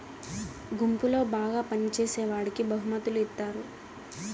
గుంపులో బాగా పని చేసేవాడికి బహుమతులు ఇత్తారు